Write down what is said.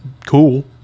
cool